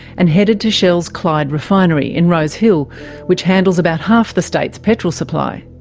and headed to shell's clyde refinery in rosehill, which handles about half the state's petrol supply.